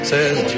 Says